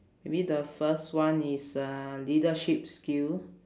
maybe the first one is uh leadership skill